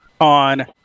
on